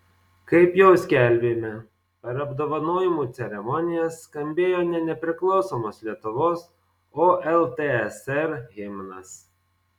kaip jau skelbėme per apdovanojimų ceremoniją skambėjo ne nepriklausomos lietuvos o ltsr himnas